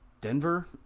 Denver